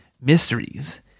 Mysteries